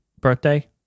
birthday